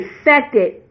affected